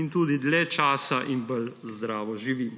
in tudi dlje časa in bolj zdravo vsi skupaj živimo.